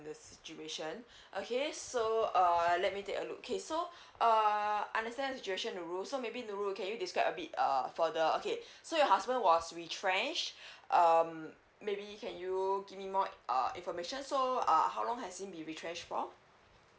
the situation okay so err let me take a look okay so uh I understand your situation nurul so maybe nurul can you describe abit uh for the okay so your husband was retrenched um maybe can you give me more uh information so err how long has he been retrenched for